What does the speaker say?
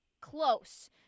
close